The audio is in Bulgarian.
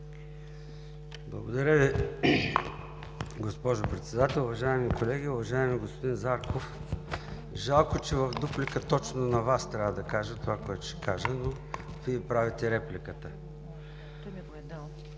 Благодаря Ви, госпожо Председател. Уважаеми колеги! Уважаеми господин Зарков, жалко, че в дуплика точно на Вас трябва да кажа това, което ще кажа, но Вие правите репликата. Нашето мнение